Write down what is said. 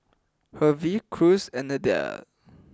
Hervey Cruz and Adel